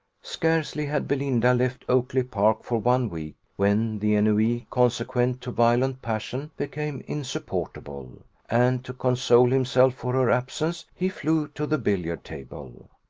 scarcely had belinda left oakly-park for one week when the ennui consequent to violent passion became insupportable and to console himself for her absence he flew to the billiard-table.